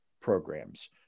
programs